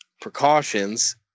precautions